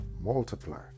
multiply